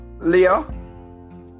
Leo